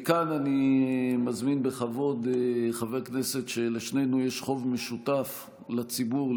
מכאן אני מזמין בכבוד חבר כנסת שלשנינו יש חוב משותף לציבור,